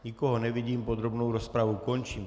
Nikoho nevidím, podrobnou rozpravu končím.